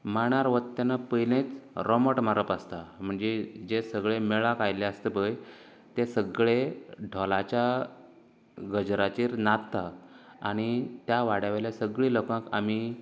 मांडार वता तेन्ना पयलेंच रोमट मांडप आसता म्हणजे जे सगळें मेळाक आयिल्ले आसता पय तें सगळें ढोलाच्या गजराचेर नाचता आनी त्या वड्यावयल्या सगळीं लोकांक आमी